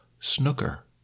snooker